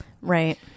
Right